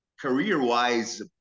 career-wise